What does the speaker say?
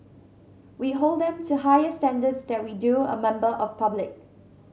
we hold them to higher standards than we do a member of public